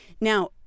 now